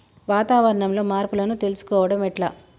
వాతావరణంలో మార్పులను తెలుసుకోవడం ఎట్ల?